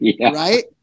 right